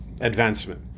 advancement